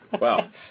Wow